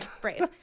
brave